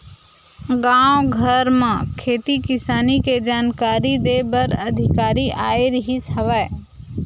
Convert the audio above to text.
गाँव घर म खेती किसानी के जानकारी दे बर अधिकारी आए रिहिस हवय